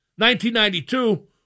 1992